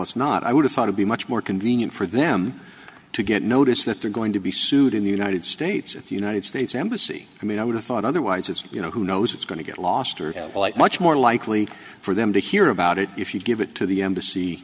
us not i would have thought to be much more convenient for them to get notice that they're going to be sued in the united states at the united states embassy i mean i would have thought otherwise it's you know who knows it's going to get lost or much more likely for them to hear about it if you give it to the embassy